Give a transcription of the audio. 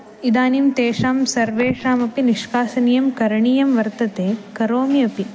इदानीं तेषां सर्वेषामपि निष्कासनं करणीयं वर्तते करोमि अपि